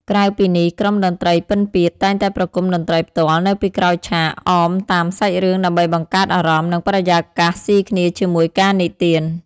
ក្រៅពីនេះ ក្រុមតន្ត្រីពិណពាទ្យតែងតែប្រគំតន្ត្រីផ្ទាល់នៅពីក្រោយឆាក អមតាមសាច់រឿងដើម្បីបង្កើតអារម្មណ៍ និងបរិយាកាសស៊ីគ្នាជាមួយការនិទាន។